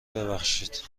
ببخشید